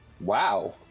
wow